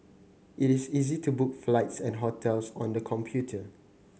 it is easy to book flights and hotels on the computer